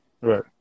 right